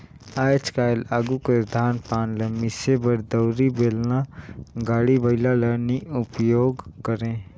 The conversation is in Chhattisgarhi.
आएज काएल आघु कस धान पान ल मिसे बर दउंरी, बेलना, गाड़ी बइला ल नी उपियोग करे